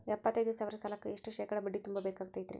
ಎಪ್ಪತ್ತೈದು ಸಾವಿರ ಸಾಲಕ್ಕ ಎಷ್ಟ ಶೇಕಡಾ ಬಡ್ಡಿ ತುಂಬ ಬೇಕಾಕ್ತೈತ್ರಿ?